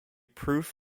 proof